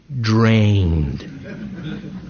drained